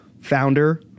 founder